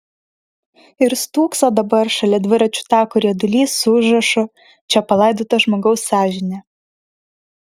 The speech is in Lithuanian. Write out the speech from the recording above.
ir stūkso dabar šalia dviračių tako riedulys su užrašu čia palaidota žmogaus sąžinė